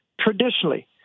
Traditionally